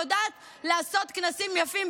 היא יודעת לעשות כנסים יפים,